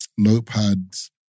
notepads